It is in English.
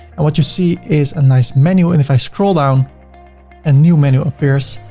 and what you see is a nice menu and if i scroll down a new menu appears.